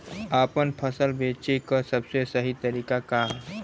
आपन फसल बेचे क सबसे सही तरीका का ह?